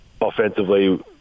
offensively